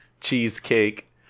cheesecake